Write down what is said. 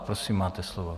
Prosím, máte slovo.